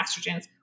estrogens